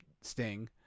Sting